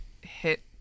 hit